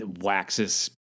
waxes